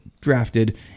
drafted